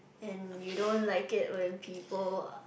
and you don't like it when people